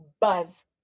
buzz